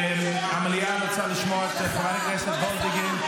המליאה רוצה לשמוע את חברת הכנסת וולדיגר.